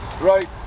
Right